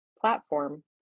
platform